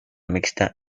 mixta